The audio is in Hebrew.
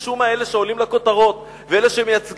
משום מה אלה שעולים לכותרות ואלה שמייצגים